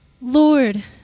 Lord